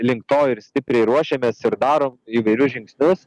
link to ir stipriai ruošiamės ir darom įvairius žingsnius